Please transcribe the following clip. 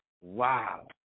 Wow